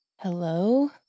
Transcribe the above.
hello